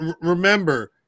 remember